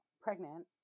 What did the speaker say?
pregnant